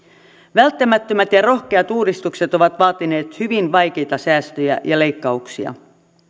välttämättömät ja rohkeat uudistukset ovat vaatineet hyvin vaikeita säästöjä ja leikkauksia